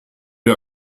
der